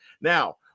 Now